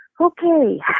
Okay